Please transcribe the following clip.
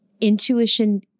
intuition